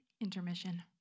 Intermission